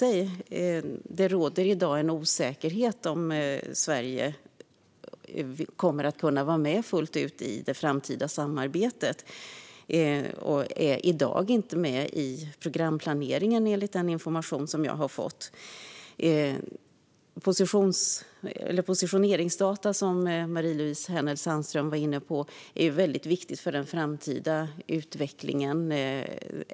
I dag råder det en osäkerhet om Sverige fullt ut kommer att kunna vara med i det framtida samarbetet. I dag är vi inte med i programplaneringen, enligt den information som jag har fått. Marie-Louise Hänel Sandström var inne på positioneringsdata, och det är väldigt viktigt för den framtida utvecklingen.